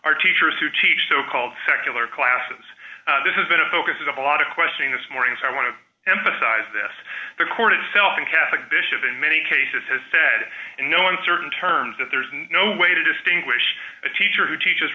are teachers who teach so called secular classes this is been a focus of a lot of questioning this morning so i want to emphasize this the court itself and catholic bishop in many cases has said in no uncertain terms that there's no way to distinguish a teacher who teaches